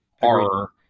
horror